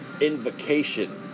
invocation